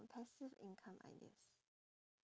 passive income ideas